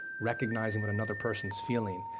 recognizing what another person's feeling,